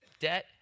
Debt